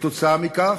כתוצאה מכך,